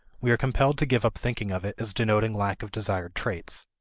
we are compelled to give up thinking of it as denoting lack of desired traits.